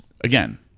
again